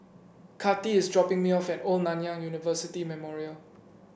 Kati is dropping me off at Old Nanyang University Memorial